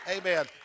Amen